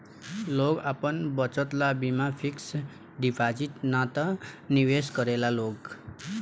लोग आपन बचत ला बीमा फिक्स डिपाजिट ना त निवेश करेला लोग